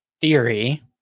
theory